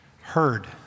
heard